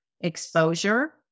exposure